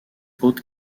haute